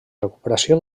recuperació